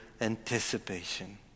anticipation